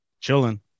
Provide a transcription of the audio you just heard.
chilling